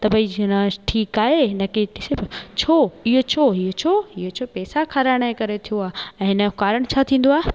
त भई न ठीकु आहे हुन खे ॾिसे थो छो इहो छो इहो चो पेसा खाराइण जे करे थियो आहे ऐं हिन जो कारण छा थींदो आहे